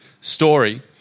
story